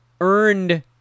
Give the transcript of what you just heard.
earned